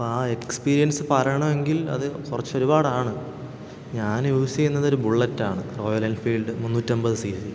ആ എക്സ്പീരിയൻസ് പറയണമെങ്കിൽ കുറച്ച് ഒരുപാടാണ് ഞാൻ യൂസ് ചെയ്യുന്നത് ഒരു ബുള്ളെറ്റാണ് റോയൽ എൻഫീൽഡ് മുന്നൂറ്റൻപത് സി സി